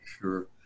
Sure